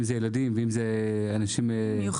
אם זה ילדים ואם זה אנשים מבוגרים.